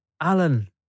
Alan